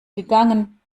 gegangen